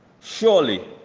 Surely